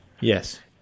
Yes